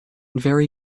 very